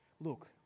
look